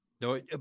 No